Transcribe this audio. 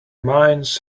mines